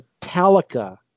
Metallica